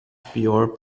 pior